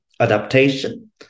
adaptation